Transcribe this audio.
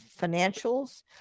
financials